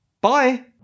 Bye